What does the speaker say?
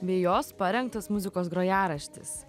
bei jos parengtas muzikos grojaraštis